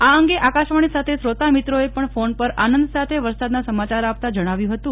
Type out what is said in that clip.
આ અંગે આકાશવાણી સાથે શ્રોતામિત્રોએ ફોન પર આનંદ સાથે સમાચાર આપતા જણાવ્યું હતું